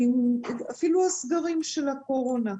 אפילו הסגרים של הקורונה.